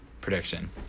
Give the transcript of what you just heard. prediction